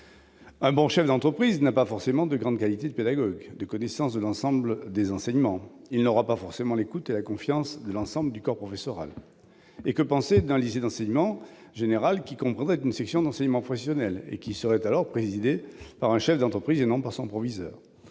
Un bon chef d'entreprise n'a pas forcément de grandes qualités de pédagogue ni de connaissance de l'ensemble des enseignements ; il n'aura pas forcément l'écoute ni la confiance de l'ensemble du corps professoral. En outre, que penser de la situation d'un lycée d'enseignement général qui comprendrait une section d'enseignement professionnel et qui serait alors présidé par un chef d'entreprise et non par son proviseur ?